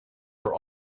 for